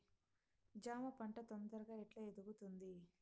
జామ పంట తొందరగా ఎట్లా ఎదుగుతుంది?